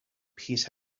peace